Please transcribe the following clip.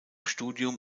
studium